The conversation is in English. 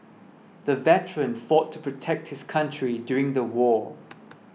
the veteran fought to protect his country during the war